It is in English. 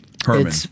Herman